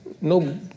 no